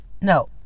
no